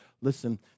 Listen